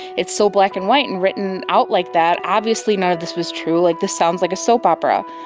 it's so black and white, and written out like that, obviously none of this was true, like this sounds like a soap opera.